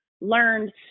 learned